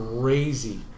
crazy